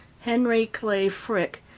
henry clay frick,